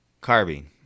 Carbine